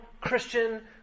Christian